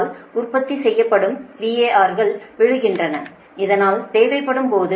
87 degree மற்றும் 3 இன் டு VR VR என்பது 127 கோணம் 0 டிகிரி KV சமமாக மாற்றவும் எனவே அதன் இணைப்பும் 127 கோணம் 0